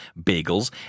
bagels